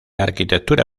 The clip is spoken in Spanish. arquitectura